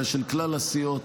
אלא של כלל הסיעות.